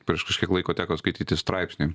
prieš kažkiek laiko teko skaityti straipsnį